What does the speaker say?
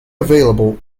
available